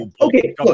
okay